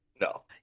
No